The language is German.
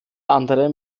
andere